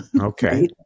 Okay